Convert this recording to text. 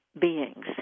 beings